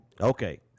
Okay